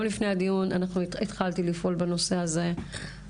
גם לפני הדיון התחלתי לפעול בנושא הזה,